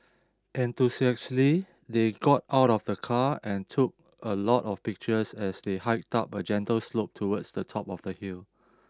enthusiastically they got out of the car and took a lot of pictures as they hiked up a gentle slope towards the top of the hill